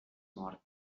mort